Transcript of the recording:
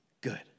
good